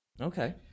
Okay